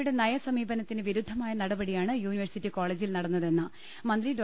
യുടെ നയസമീപനത്തിന് വിരുദ്ധമായ നടപടിയാണ് യൂണിവേഴ്സിറ്റി കോളേജിൽ നടന്നതെന്ന് മന്ത്രി ഡോ